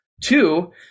Two